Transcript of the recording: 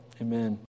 amen